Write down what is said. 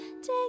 Take